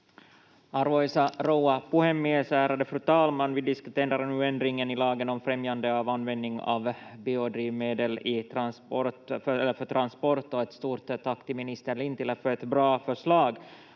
Arvoisa rouva puhemies, ärade fru talman! Vi diskuterar nu ändringen i lagen om främjande av användning av biodrivmedel för transport, och ett stort tack till minister Lintilä för ett bra förslag